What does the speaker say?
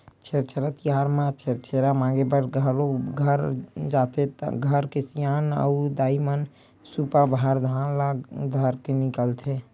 छेरछेरा तिहार म छेरछेरा मांगे बर घरो घर जाथे त घर के सियान अऊ दाईमन सुपा भर धान ल धरके निकलथे